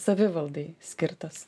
savivaldai skirtas